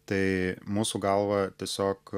tai mūsų galva tiesiog